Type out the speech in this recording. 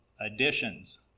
additions